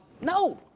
No